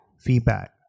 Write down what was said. feedback